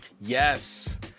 Yes